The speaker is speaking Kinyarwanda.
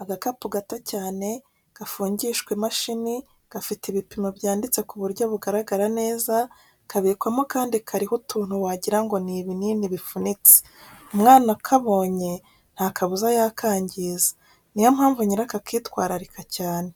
Agakapu gato cyane, gafungishwa imashini, gafite ibipimo byanditse ku buryo bugaragara neza, kabikwamo akandi kariho utuntu wagira ngo ni ibinini bifunitse, umwana akabonye nta kabuza yakangiza, ni yo mpamvu nyirako akitwararika cyane.